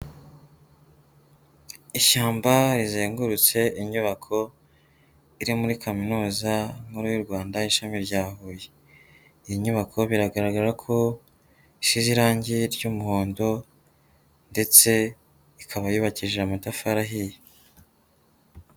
Ishyamba rizengurutse inyubako iri muri kaminuza nkuru y'u Rwanda ishami rya Huye, iyi nyubako biragaragara ko isize irange ry'umuhondo ndetse ikaba yubakishije amatafari ahiye.